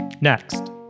Next